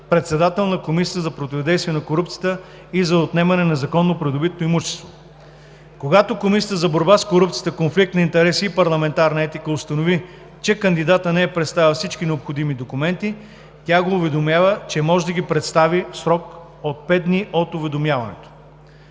председател на Комисията за противодействие на корупцията и за отнемане на незаконно придобитото имущество. 2. Когато Комисията за борба с корупцията, конфликт на интереси и парламентарна етика установи, че кандидатът не е представил всички необходими документи, тя го уведомява, че може да ги представи в срок от 5 дни от уведомяването.